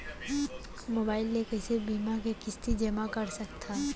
Mobile ले कइसे बीमा के किस्ती जेमा कर सकथव?